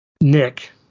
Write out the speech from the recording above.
Nick